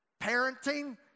parenting